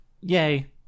Yay